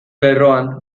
lerroan